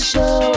Show